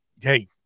hey